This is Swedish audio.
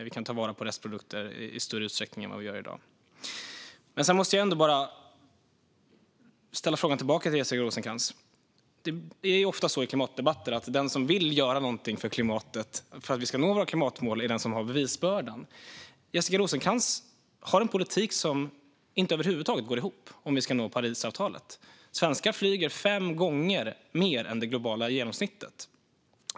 Vi kan ta vara på restprodukter i större utsträckning än i dag. Jag måste ändå ställa en fråga tillbaka till Jessica Rosencrantz. Det är ju ofta så i klimatdebatter att den som vill göra någonting för klimatet och för att vi ska nå våra klimatmål är den som har bevisbördan. Jessica Rosencrantz politik går över huvud taget inte ihop om vi ska nå Parisavtalet. Svenskar flyger fem gånger mer än det globala genomsnittet.